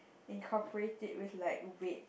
incorporate it with like weight